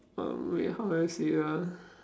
um wait how do I say it ah